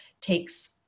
takes